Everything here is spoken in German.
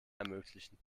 ermöglichen